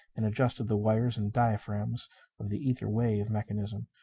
and adjusted the wires and diaphragms of the ether-wave mechanism.